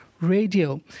Radio